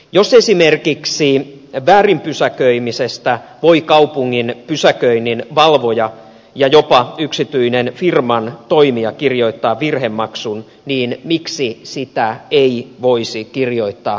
jos esimerkiksi väärin pysäköimisestä voi kaupungin pysäköinninvalvoja ja jopa yksityinen firman toimija kirjoittaa virhemaksun niin miksi sitä ei voisi kirjoittaa roskaamisestakin